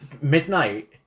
Midnight